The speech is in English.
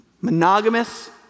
monogamous